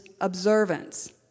observance